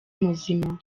muzima